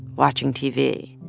watching tv.